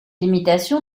limitation